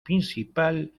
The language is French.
principales